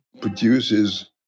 produces